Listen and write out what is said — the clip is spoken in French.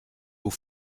aux